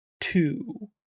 two